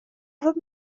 wurdt